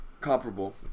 comparable